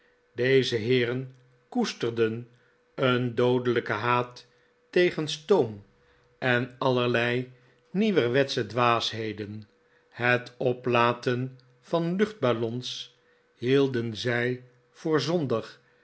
deze heeren koesterden een doodelijken haat tegen stoom en allerlei nieuwerwetsche dwaasheden het oplaten van luchtballons hielden zij voor